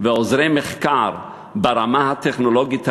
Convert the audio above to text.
ועוזרי מחקר ברמה הטכנולוגית הראויה,